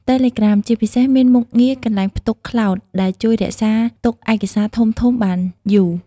តេឡេក្រាម ជាពិសេស មានមុខងារ កន្លែងផ្ទុកក្លោត ដែលជួយរក្សាទុកឯកសារធំៗបានយូរ។